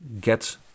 get